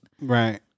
right